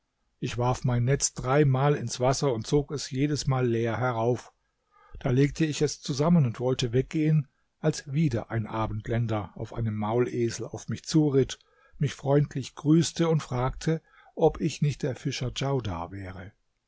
ich warf mein netz dreimal ins wasser und zog es jedesmal leer herauf da legte ich es zusammen und wollte weggehen als wieder ein abendländer auf einem maulesel auf mich zuritt mich freundlich grüßte und fragte ob ich nicht der fischer djaudar wäre